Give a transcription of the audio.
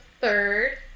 Third